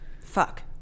Fuck